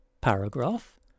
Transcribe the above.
paragraph